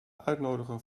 uitnodigen